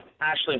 Ashley